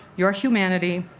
your humanity,